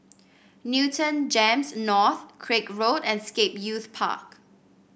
Newton Gems North Craig Road and Scape Youth Park